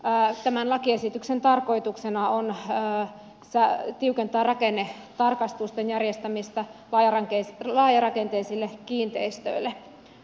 tämän lakiesityksen tarkoituksena on tiukentaa rakennetarkastusten järjestämistä laajarakenteisille kiinteistöille